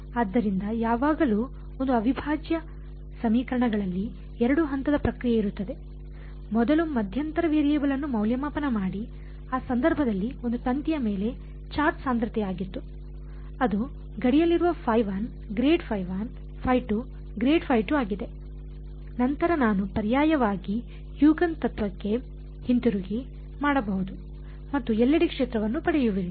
ಆದ್ದರಿಂದ ಯಾವಾಗಲೂ ಒಂದು ಅವಿಭಾಜ್ಯ ಸಮೀಕರಣಗಳಲ್ಲಿ 2 ಹಂತದ ಪ್ರಕ್ರಿಯೆ ಇರುತ್ತದೆ ಮೊದಲು ಮಧ್ಯಂತರ ವೇರಿಯೇಬಲ್ ಅನ್ನು ಮೌಲ್ಯಮಾಪನ ಮಾಡಿ ಆ ಸಂದರ್ಭದಲ್ಲಿ ಅದು ತಂತಿಯ ಮೇಲೆ ಚಾರ್ಜ್ ಸಾಂದ್ರತೆಯಾಗಿತ್ತು ಅದು ಗಡಿಯಲ್ಲಿರುವ ಆಗಿದೆ ನಂತರ ನಾನು ಪರ್ಯಾಯವಾಗಿ ಹ್ಯೂಜೆನ್ಸ್ ತತ್ವಕ್ಕೆ ಹಿಂತಿರುಗಿ ಮಾಡಬಹುದು ಮತ್ತು ಎಲ್ಲೆಡೆ ಕ್ಷೇತ್ರವನ್ನು ಪಡೆಯುವಿರಿ